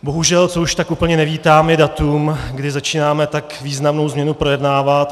Bohužel, co už tak úplně nevítám, je datum, kdy začínáme tak významnou změnu projednávat.